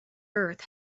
earth